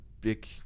big